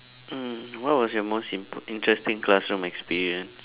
mm what was your most imp~ interesting classroom experience